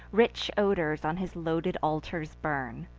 rich odors on his loaded altars burn,